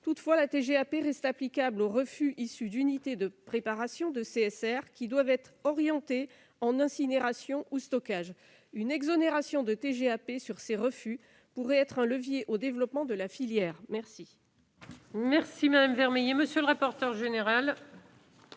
Toutefois, la TGAP reste applicable aux refus issus d'unités de préparation de CSR, qui doivent être orientés en incinération ou en stockage. Une exonération de TGAP sur ces refus pourrait être un levier au développement de la filière. Quel